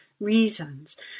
reasons